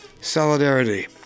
solidarity